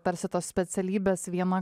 tarsi tos specialybės viena